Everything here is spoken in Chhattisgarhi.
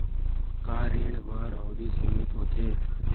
का ऋण बर अवधि सीमित होथे?